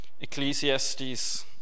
Ecclesiastes